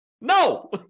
No